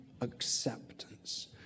acceptance